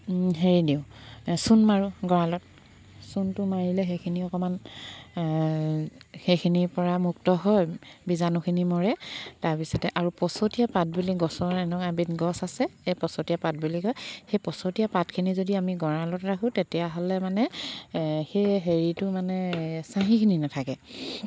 হেৰি দিওঁ চূণ মাৰোঁ গঁৰালত চূণটো মাৰিলে সেইখিনি অকণমান সেইখিনিৰ পৰা মুক্ত হয় বীজাণুখিনি মৰে তাৰপিছতে আৰু পচতিয়া পাত বুলি গছৰ এনেকুৱা এবিধ গছ আছে এই পচতিয়া পাত বুলি কয় সেই পচতিয়া পাতখিনি যদি আমি গঁৰালত ৰাখোঁ তেতিয়াহ'লে মানে সেই হেৰিটো মানে চাহিখিনি নাথাকে